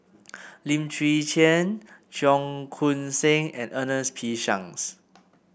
Lim Chwee Chian Cheong Koon Seng and Ernest P Shanks